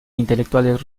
intelectuales